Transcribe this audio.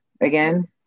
Again